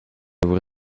voor